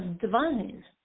divine